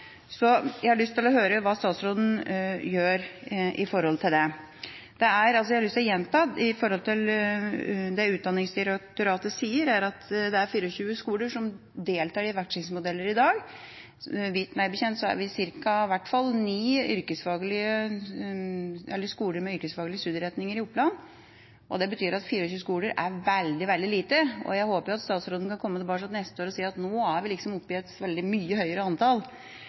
Jeg har lyst til å høre hva statsråden gjør med det. Jeg har lyst til å gjenta det Utdanningsdirektoratet sier, at det er 24 skoler som deltar i vekslingsmodeller i dag. Meg bekjent er det i hvert fall ni skoler med yrkesfaglige studieretninger i Oppland. Det betyr at 24 skoler er veldig, veldig lite, og jeg håper statsråden kan komme tilbake neste år og si at nå er vi oppe i et mye høyere antall.